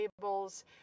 tables